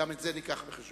גם את זה נביא בחשבון.